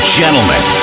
gentlemen